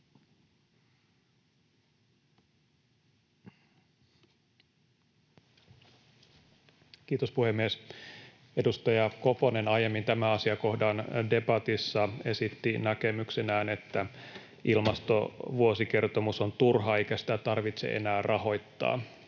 Kiitos, puhemies! Edustaja Koponen aiemmin tämän asiakohdan debatissa esitti näkemyksenään, että ilmastovuosikertomus on turha eikä sitä tarvitse enää rahoittaa.